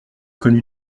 connu